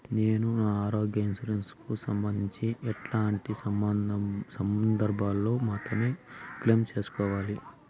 నేను నా ఆరోగ్య ఇన్సూరెన్సు కు సంబంధించి ఎట్లాంటి సందర్భాల్లో మాత్రమే క్లెయిమ్ సేసుకోవాలి?